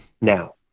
now